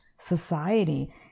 society